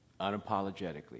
unapologetically